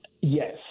Yes